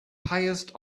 highest